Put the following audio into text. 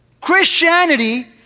Christianity